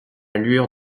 lueur